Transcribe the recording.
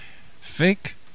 Fake